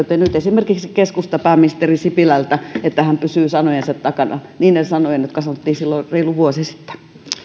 te nyt esimerkiksi keskustan pääministeri sipilältä että hän pysyy sanojensa takana niiden sanojen jotka sanottiin silloin reilu vuosi sitten